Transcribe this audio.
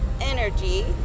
energy